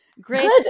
Great